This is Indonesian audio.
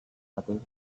satu